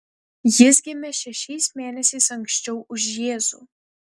jis gimė šešiais mėnesiais anksčiau už jėzų